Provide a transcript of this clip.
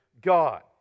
God